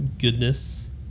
goodness